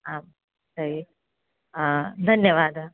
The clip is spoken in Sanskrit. आं तर्हि धन्यवादः